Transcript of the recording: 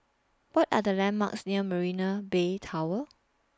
What Are The landmarks near Marina Bay Tower